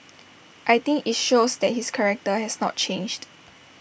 I think IT shows that his character has not changed